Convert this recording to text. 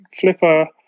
flipper